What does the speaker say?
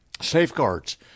safeguards